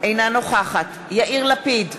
אינה נוכחת יאיר לפיד,